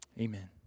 Amen